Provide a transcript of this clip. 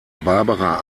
barbara